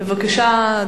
בבקשה,